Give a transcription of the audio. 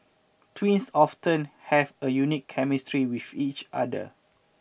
twins often have a unique chemistry with each other